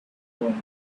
omens